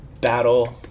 Battle